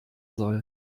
soll